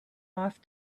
off